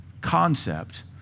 concept